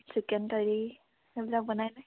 chicken curry সেইবিলাক বনাই ন